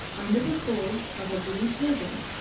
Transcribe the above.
under the folds of a blue turban,